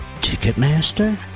Ticketmaster